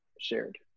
shared